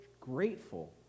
grateful